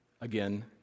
again